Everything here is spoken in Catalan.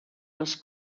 les